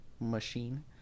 machine